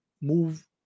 move